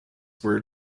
were